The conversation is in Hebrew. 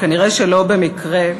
וכנראה שלא במקרה,